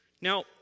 Now